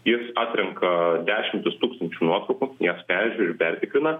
jis atrenka dešimtis tūkstančių nuotraukų jas peržiūri pertikrina